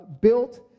built